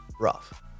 rough